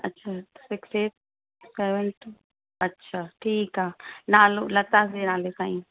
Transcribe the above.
अच्छा six eight seven two अच्छा ठीकु आहे नालो लता जे नाले सां ई